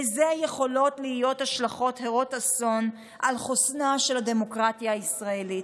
לזה יכולות להיות השלכות הרות אסון על חוסנה של הדמוקרטיה הישראלית.